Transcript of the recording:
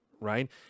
right